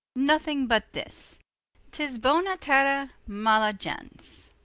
nothing but this tis bona terra, mala gens